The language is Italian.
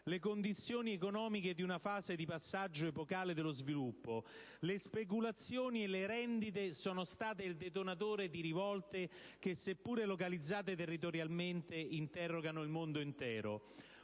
le condizioni economiche di una fase di passaggio epocale dello sviluppo, le speculazioni e le rendite sono state il detonatore di rivolte che, seppure localizzate territorialmente, interrogano il mondo intero.